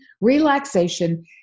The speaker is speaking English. relaxation